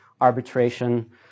arbitration